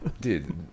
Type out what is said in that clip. Dude